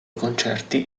concerti